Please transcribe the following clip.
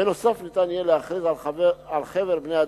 בנוסף, ניתן יהיה להכריז על חבר בני-אדם